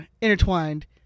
intertwined